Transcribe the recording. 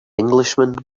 englishman